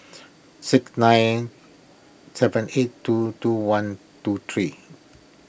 six nine seven eight two two one two three